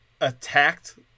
attacked